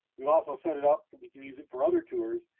we also set it up that we can use it for other tours,